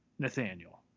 nathaniel